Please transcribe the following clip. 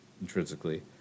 intrinsically